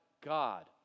God